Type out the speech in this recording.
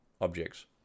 objects